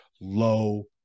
low